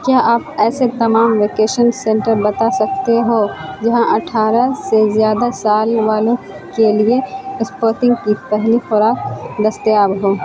کیا آپ ایسے تمام ویکیشن سینٹر بتا سکتے ہو جہاں اٹھارہ سے زیادہ سال والوں کے لیے اسپوتنک کی پہلی خوراک دستیاب ہو